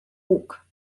łuk